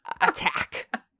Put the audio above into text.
attack